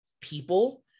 people